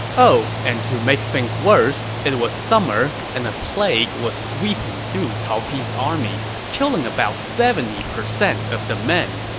oh, and to make things worse, it was summer and a plague was sweeping through cao pi's armies, killing about seventy percent of the men.